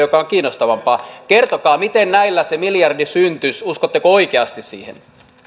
joka on kiinnostavampaa kertokaa miten näillä se miljardi syntyisi uskotteko oikeasti siihen